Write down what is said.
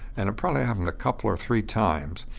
and it probably happened a couple or three times,